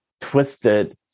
twisted